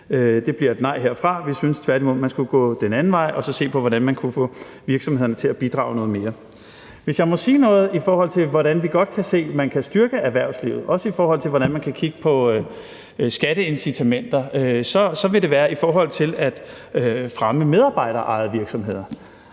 Det bliver et nej herfra. Vi synes tværtimod, man skulle gå den anden vej og så se på, hvordan man kunne få virksomhederne til at bidrage noget mere. Hvis jeg må sige noget, i forhold til hvordan vi godt kan se at man kan styrke erhvervslivet, også i forhold til hvordan man kan kigge på skatteincitamenter, så vil det være i forhold til at fremme medarbejderejede virksomheder.